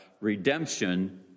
Redemption